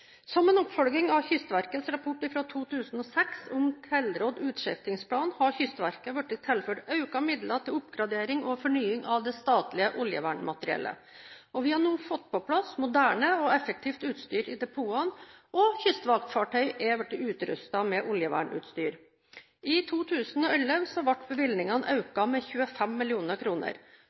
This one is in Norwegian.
Som en oppfølging av Kystverkets rapport fra 2006 om tilrådd utskiftningsplan har Kystverket blitt tilført økte midler til oppgradering og fornying av det statlige oljevernmateriellet. Vi har nå fått på plass moderne og effektivt utstyr i depotene, og kystvaktfartøy er blitt utrustet med oljevernutstyr. I 2011 ble bevilgningen økt med 25